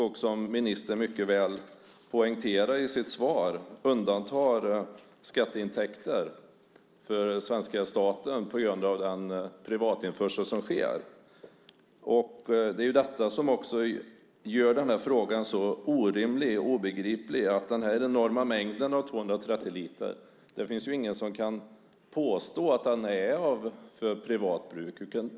Och som ministern mycket väl poängterar i sitt svar undandras skatteintäkter för svenska staten på grund av den privatinförsel som sker. Det som gör den här frågan så orimlig och obegriplig är den här enorma mängden, 230 liter. Det finns ingen som kan påstå att den är för privat bruk.